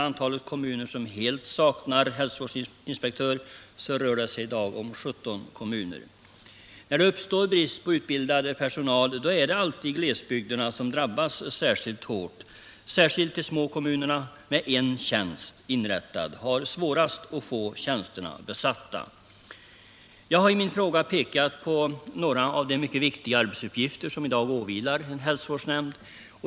17 kommuner saknar i dag helt hälsovårdsinspektör. När det uppstår brist på utbildad personal, är det alltid glesbygderna som drabbas särskilt hårt. Speciellt de små kommunerna som har en tjänst inrättad har det svårast att få tjänsten besatt. Jag har i min fråga pekat på några av de mycket viktiga arbetsuppgifter som i dag åvilar en hälsovårdsnämnd.